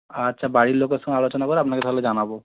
আচ্ছা বাড়ির লোকের সঙ্গে আলোচনা করে আপনাকে তাহলে জানাবো